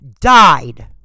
died